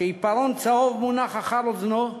שעיפרון צהוב מונח מאחורי אוזנו,